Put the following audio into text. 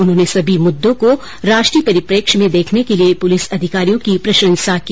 उन्होंने सभी मुद्दों को राष्ट्रीय परिप्रेक्ष्य में देखने के लिए पुलिस अधिकारियों की प्रशंसा की